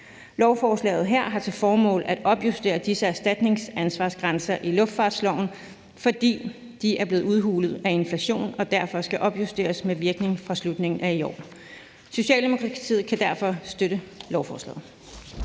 Lovforslaget her har til formål at opjustere disse erstatningsansvarsgrænser i luftfartsloven, fordi de er blevet udhulet af inflationen og derfor skal opjusteres med virkning fra slutningen af i år. Socialdemokratiet kan derfor støtte lovforslaget.